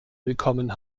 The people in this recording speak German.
willkommen